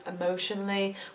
emotionally